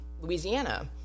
Louisiana